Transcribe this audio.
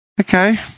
Okay